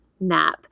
nap